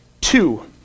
Two